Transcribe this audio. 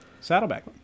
Saddleback